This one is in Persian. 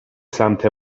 سمت